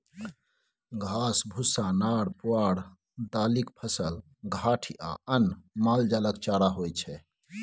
घास, भुस्सा, नार पुआर, दालिक फसल, घाठि आ अन्न मालजालक चारा होइ छै